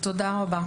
תודה רבה.